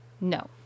No